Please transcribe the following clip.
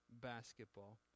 basketball